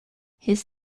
his